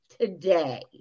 today